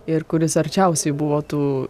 ir kuris arčiausiai buvo tų